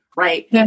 Right